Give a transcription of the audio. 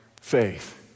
faith